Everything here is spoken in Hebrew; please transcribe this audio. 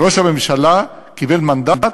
ראש הממשלה קיבל מנדט,